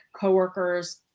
coworkers